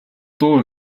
дуу